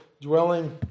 dwelling